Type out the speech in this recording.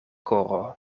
koro